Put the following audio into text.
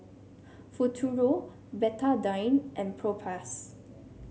Futuro Betadine and Propass